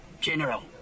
General